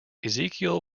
ezekiel